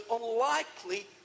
unlikely